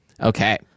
Okay